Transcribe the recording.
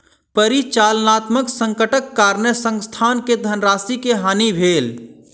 परिचालनात्मक संकटक कारणेँ संस्थान के धनराशि के हानि भेल